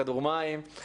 כדור-מים.